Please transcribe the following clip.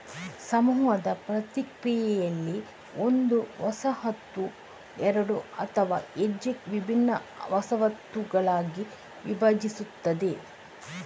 ಸಮೂಹದ ಪ್ರಕ್ರಿಯೆಯಲ್ಲಿ, ಒಂದು ವಸಾಹತು ಎರಡು ಅಥವಾ ಹೆಚ್ಚು ವಿಭಿನ್ನ ವಸಾಹತುಗಳಾಗಿ ವಿಭಜಿಸುತ್ತದೆ